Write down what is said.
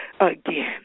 again